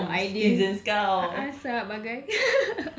dia tu baru cakap kau sayang citizen kau